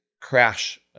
crash